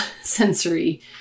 sensory